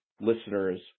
listeners